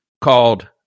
called